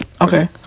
Okay